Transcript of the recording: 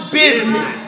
business